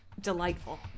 Delightful